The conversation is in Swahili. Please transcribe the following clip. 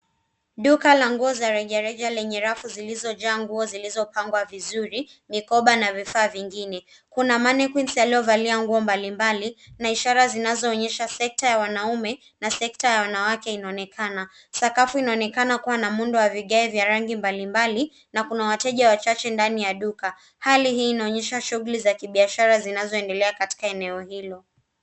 Duka la nguo za rejareja lenye rafu zilizojaa nguo zilizopangwa vizuri, mikoba na vifaa vingine. Kuna manequins aliovalia nguo mbalimbali na ishara zinazoonyesha sekta ya wanaume na sekta ya wanawake inaonekana. Sakafu inaonekana kuwa na muundo wa vigae vya rangi mbalimbali na kuna wateja wachache ndani ya duka. Hali hii inaonyesha shughuli za kibiashara zinazoendelea katika eneo hilo.